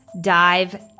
dive